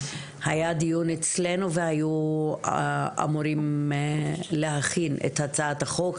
היה דיון אצלנו, והיו אמורים להכין את הצעת החוק.